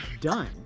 done